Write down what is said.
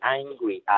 angry